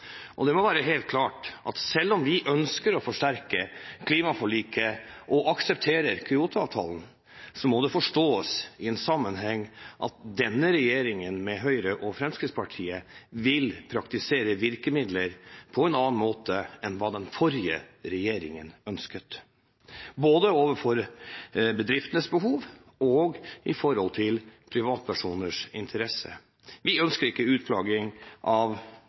dag. Det må være helt klart at selv om vi ønsker å forsterke klimaforliket og aksepterer Kyoto-avtalen, må det forstås i en sammenheng at denne regjering, med Høyre og Fremskrittspartiet, vil praktisere virkemidler på en annen måte enn det den forrige regjeringen ønsket, både overfor bedriftenes behov og overfor privatpersoners interesse. Vi ønsker ikke utflagging av